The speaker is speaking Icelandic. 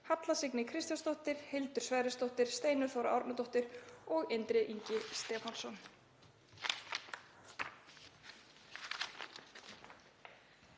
Halla Signý Kristjánsdóttir, Hildur Sverrisdóttir, Steinunn Þóra Árnadóttir og Indriði Ingi Stefánsson.